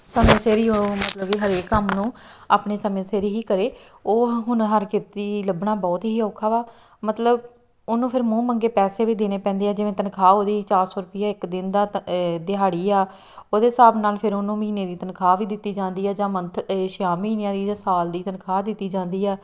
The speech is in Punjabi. ਸਮੇਂ ਸਿਰ ਹੀ ਉਹ ਮਤਲਬ ਕਿ ਹਰੇਕ ਕੰਮ ਨੂੰ ਆਪਣੇ ਸਮੇਂ ਸਿਰ ਹੀ ਕਰੇ ਉਹ ਹੋਣਹਾਰ ਕਿਰਤੀ ਲੱਭਣਾ ਬਹੁਤ ਹੀ ਔਖਾ ਵਾ ਮਤਲਬ ਉਹਨੂੰ ਫਿਰ ਮੂੰਹ ਮੰਗੇ ਪੈਸੇ ਵੀ ਦੇਣੇ ਪੈਂਦੇ ਆ ਜਿਵੇਂ ਤਨਖਾਹ ਉਹਦੀ ਚਾਰ ਸੌ ਰੁਪਇਆ ਇੱਕ ਦਿਨ ਦਾ ਤਾਂ ਦਿਹਾੜੀ ਆ ਉਹਦੇ ਹਿਸਾਬ ਨਾਲ ਫਿਰ ਉਹਨੂੰ ਮਹੀਨੇ ਦੀ ਤਨਖਾਹ ਵੀ ਦਿੱਤੀ ਜਾਂਦੀ ਹੈ ਜਾਂ ਮੰਥ ਇਹ ਛੇਆਂ ਮਹੀਨਿਆਂ ਦੀ ਜਾਂ ਸਾਲ ਦੀ ਤਨਖਾਹ ਦਿੱਤੀ ਜਾਂਦੀ ਆ